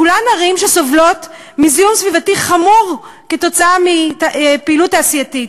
כולן ערים שסובלות מזיהום סביבתי חמור עקב פעילות תעשייתית.